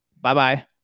Bye-bye